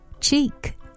cheek